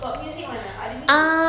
got music [one] ah ada music